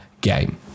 game